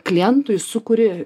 klientui sukuri